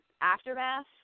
aftermath